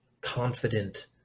confident